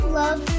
love